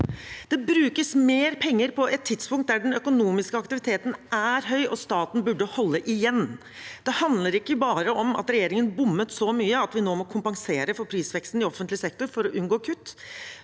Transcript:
det brukes mer penger på et tidspunkt da den økonomiske aktiviteten er høy og staten burde holde igjen. Det handler ikke bare om at regjeringen bommet så mye at vi nå må kompensere for prisveksten i offentlig sektor for å unngå kutt.